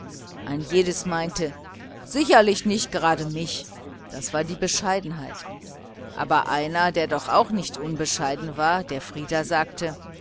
ein jedes meinte sicherlich nicht gerade mich das war die bescheidenheit aber einer der doch auch nicht unbescheiden war der frieder sagte